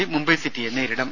C Mumbai സിറ്റിയെ നേരിടും